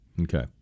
Okay